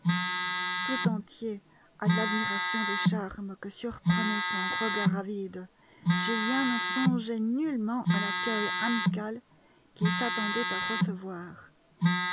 tout entier à l'admiration des charmes que surprenait son regard avide julien ne songeait nullement à l'accueil amical qu'il s'attendait à recevoir